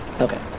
Okay